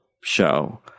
show